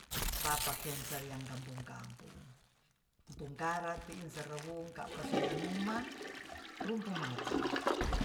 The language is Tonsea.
Bapakensia kawuang kampung-kampung tungkara tiin serowung kapa sananuma rumpu macang